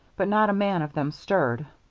but not a man of them stirred,